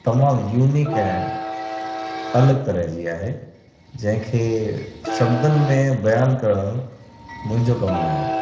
तमामु यूनीक ऐं अलॻि तरह जी आहे जंहिं खे शब्दनि में बयान करण मुंहिंजो कमु नाहे